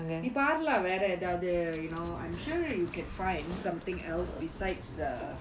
நீ பாரு:nee paaru lah வேற எதாவது:vera ethaavathu you know I'm sure you can find omething else besides